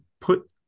put